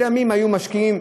היו משקיעים,